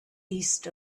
east